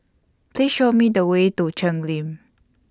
Please Show Me The Way to Cheng Lim